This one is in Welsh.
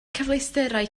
cyfleusterau